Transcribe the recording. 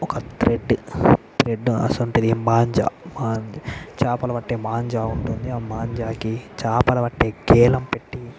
ఒక thread thread అటువంటిది మాంజా మా చేపలు పట్టె మాంజా ఉంటుంది ఆ మాంజాకి చేపలు పట్టె గేలం పెట్టి